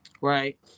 Right